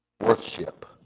worship